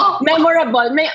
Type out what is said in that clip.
Memorable